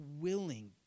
willing